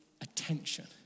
attention